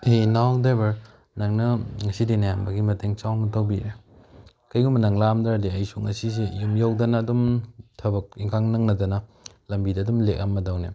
ꯍꯦ ꯏꯅꯥꯎ ꯗ꯭ꯔꯥꯏꯚꯔ ꯅꯪꯅ ꯉꯁꯤꯗꯤ ꯅꯌꯥꯝꯕꯒꯤ ꯃꯇꯦꯡ ꯆꯥꯎꯅ ꯇꯧꯕꯤꯔꯦ ꯀꯩꯒꯨꯝꯕ ꯅꯪ ꯂꯥꯛꯑꯝꯗ꯭ꯔꯗꯤ ꯑꯩꯁꯨ ꯉꯁꯤꯁꯤ ꯌꯨꯝ ꯌꯧꯗꯅ ꯑꯗꯨꯝ ꯊꯕꯛ ꯏꯪꯈꯥꯡ ꯅꯪꯅꯗꯅ ꯂꯝꯕꯤꯗ ꯑꯗꯨꯝ ꯂꯦꯛꯑꯝꯃꯗꯧꯅꯤ